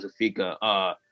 Zafika